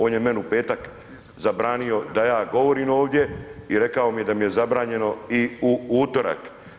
On je meni u petak zabranio da ja govorim ovdje i rekao mi je da mi je zabranjeno i u utorak.